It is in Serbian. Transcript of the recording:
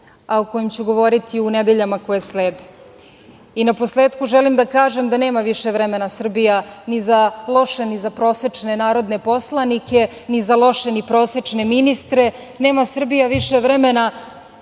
a o kojima ću govoriti u nedeljama koje slede. Na posletku, želim da kažem da nema više vremena Srbija ni za loše, ni za prosečne narodne poslanike, ni za loše, ni prosečne ministre, nema Srbija više vremena